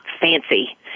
fancy